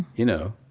you know?